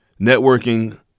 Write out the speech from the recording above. Networking